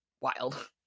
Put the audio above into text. wild